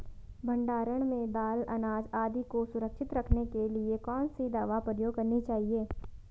भण्डारण में दाल अनाज आदि को सुरक्षित रखने के लिए कौन सी दवा प्रयोग करनी चाहिए?